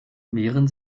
mehren